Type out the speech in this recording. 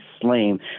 slain